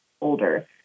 older